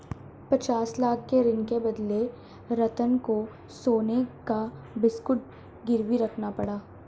पचास लाख के ऋण के बदले रतन को सोने का बिस्कुट गिरवी रखना पड़ा